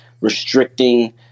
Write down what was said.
restricting